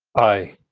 i